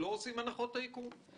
ולא עושים הנחות טייקון.